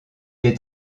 est